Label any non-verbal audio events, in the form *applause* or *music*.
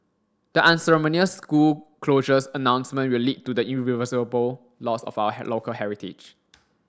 the unceremonious school closures announcement will lead to the irreversible loss of our *unintelligible* local heritage *noise*